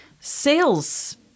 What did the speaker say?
sales